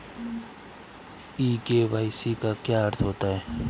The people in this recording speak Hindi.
ई के.वाई.सी का क्या अर्थ होता है?